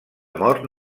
mort